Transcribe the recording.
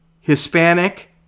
Hispanic